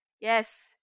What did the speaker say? yes